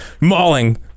mauling